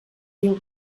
diu